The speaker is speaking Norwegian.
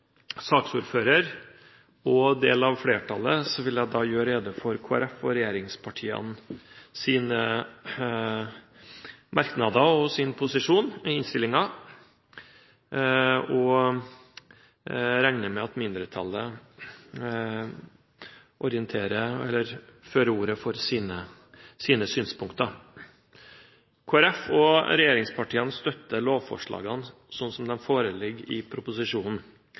saksordfører og del av flertallet vil jeg gjøre rede for Kristelig Folkepartis og regjeringspartienes merknader og posisjon i innstillingen. Jeg regner med at mindretallet tar ordet for å orientere om sine synspunkter. Kristelig Folkeparti og regjeringspartiene støtter lovforslagene slik de foreligger i proposisjonen.